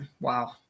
Wow